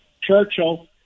Churchill